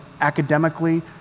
academically